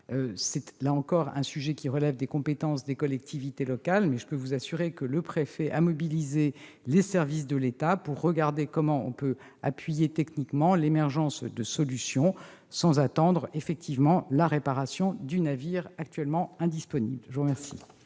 là encore, des compétences des collectivités locales. Mais je peux vous assurer que le préfet a mobilisé les services de l'État pour regarder comment on peut appuyer techniquement l'émergence de solutions, sans attendre la réparation du navire actuellement indisponible. La parole